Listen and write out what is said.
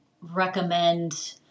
recommend